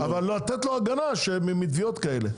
אבל צריך לתת לו הגנה מתביעות כאלה.